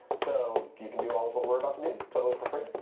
so you can do all of what we're about to do totally for free.